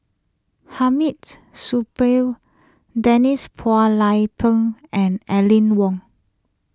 Hamid's Supaat Denise Phua Lay Peng and Aline Wong